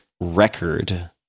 record